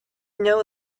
know